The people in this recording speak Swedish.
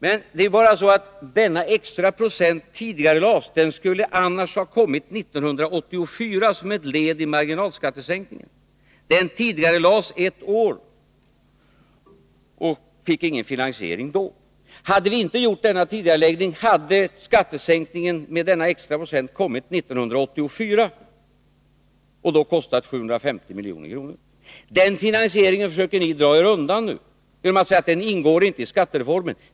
Men det är ju bara så att denna procent tidigarelades ett år och då inte fick någon finansiering. Hade vi inte gjort denna tidigareläggning hade skattesänkningen med denna extra procent kommit 1984, som ett led i marginalskattesänkningen, och då kostat 750 milj.kr. Den finansieringen försöker ni nu dra er undan genom att säga att denna sänkning inte ingår i skattereformen.